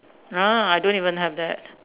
ah I don't even have that